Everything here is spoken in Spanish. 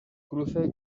cruce